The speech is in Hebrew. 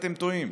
אתם טועים.